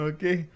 Okay